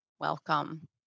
Welcome